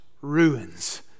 ruins